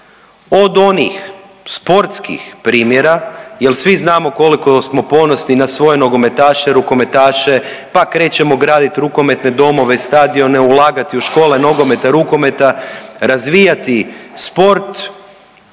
Od onih sportskih primjera jer svi znamo koliko smo ponosni na svoje nogometaše, rukometaše, pa krećemo graditi rukometne domove, stadione, ulagati u škole nogometa, rukometa, razvijati sport.